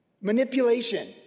manipulation